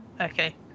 okay